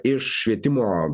iš švietimo